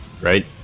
right